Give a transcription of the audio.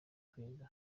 kwiga